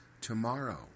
tomorrow